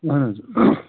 اَہن حظ